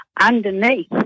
underneath